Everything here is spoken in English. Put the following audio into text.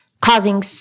causing